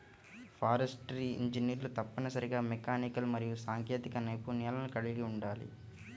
forestry ఇంజనీర్లు తప్పనిసరిగా mechanical మరియు సాంకేతిక నైపుణ్యాలను కలిగి ఉండాలి